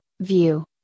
view